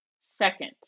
second